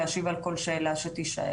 להשיב על כל שאלה שתישאל.